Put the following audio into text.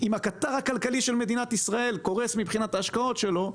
אם הקטר הכלכלי של מדינת ישראל קורס מבחינת ההשקעות שלו,